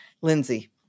Lindsey